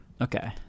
Okay